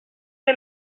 que